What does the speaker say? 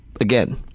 again